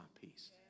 peace